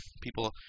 people